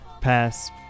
pass